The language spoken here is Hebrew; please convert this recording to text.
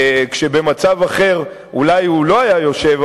כשבמצב אחר אולי הוא לא היה יושב,